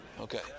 Okay